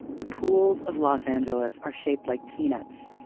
the pools of los angeles are shaped like peanuts,